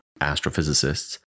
astrophysicist's